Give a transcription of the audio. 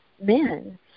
men